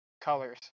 colors